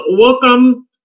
overcome